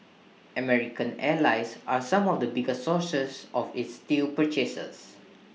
American allies are some of the biggest sources of its steel purchases